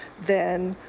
then